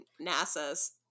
NASA's